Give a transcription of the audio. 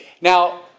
Now